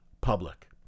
public